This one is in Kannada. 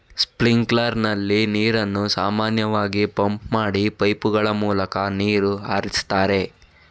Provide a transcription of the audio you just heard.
ಸ್ಪ್ರಿಂಕ್ಲರ್ ನಲ್ಲಿ ನೀರನ್ನು ಸಾಮಾನ್ಯವಾಗಿ ಪಂಪ್ ಮಾಡಿ ಪೈಪುಗಳ ಮೂಲಕ ನೀರು ಹರಿಸ್ತಾರೆ